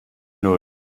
nan